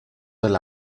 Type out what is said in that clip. del